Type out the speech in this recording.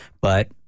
but-